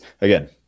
again